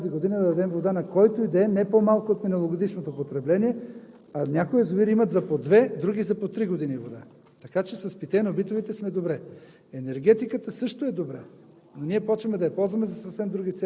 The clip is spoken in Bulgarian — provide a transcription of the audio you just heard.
Всичките 12 питейно-битови – няма да имаме проблем тази година да дадем вода на който и да е, не по-малко от миналогодишното потребление. Някои язовири имат за по две, други за по три години вода, така че с питейно-битовите сме добре.